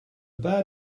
bad